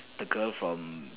the girl from